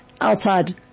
outside